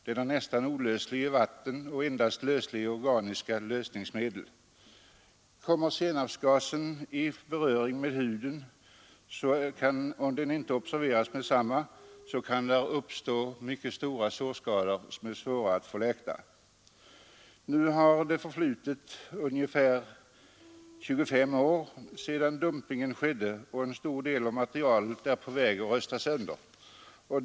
Den är nästan olöslig i vatten och löses endast i organiska lösningsmedel. Kommer senapsgasen i beröring med huden kan det, om den inte observeras omedelbart, uppstå mycket stora och svårläkta sårskador. Nu har det förflutit ungefär 25 år sedan dumpningen skedde, och en stor del av materialet är på väg att rosta sönder.